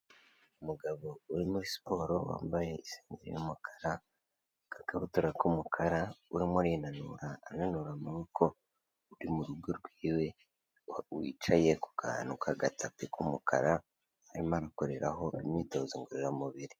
Umugabo uri muri siporo wambaye isengeri y'umukara, agakabutura k'umukara, urimo urinanura ananura amaboko, uri mu rugo rwiwe, wicaye ku kantu k'agatapi k'umukara arimo arakoreraho imyitozo ngororamubiri.